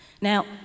Now